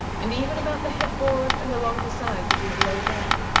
and even about the head-board and along the sides of his low bed.